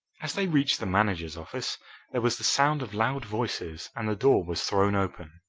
as they reached the manager's office there was the sound of loud voices, and the door was thrown open.